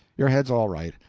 your head's all right,